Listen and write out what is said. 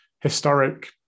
historic